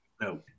No